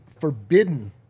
forbidden